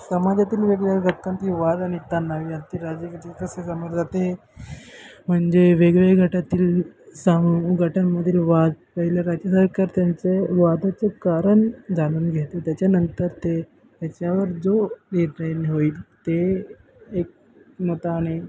समाजातील वेगवेगळ्या घटाकांती वाद आणि तनावी राज म्हणजे वेगवेळ्या घटातील सम उघटांमधील वाद पहिले राज्य सरकार त्यांचे वादाचं कारन जानून घेते त्याच्यानंतर ते तेच्यावर जोन होईल ते एक मता आणि